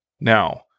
now